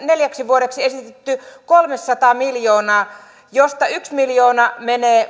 neljäksi vuodeksi esitetty kolmeasataa miljoonaa mistä yksi satana miljoona menee